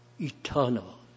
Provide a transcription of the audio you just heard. eternal